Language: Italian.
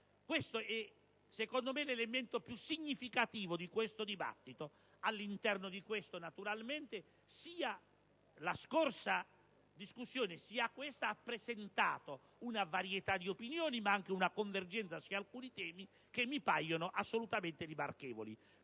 Questo è secondo me l'elemento più significativo del dibattito. All'interno di ciò naturalmente sia la precedente discussione, sia quella in corso hanno presentato una varietà di opinioni, ma anche una convergenza su alcuni temi che mi paiono assolutamente rimarchevoli.